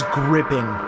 gripping